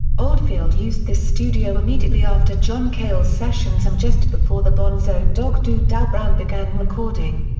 oldfield used this studio immediately after john cale's sessions and just before the bonzo dog doo-dah band began recording.